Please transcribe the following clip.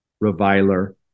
reviler